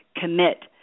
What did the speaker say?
commit